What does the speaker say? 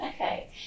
Okay